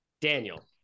Daniel